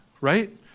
Right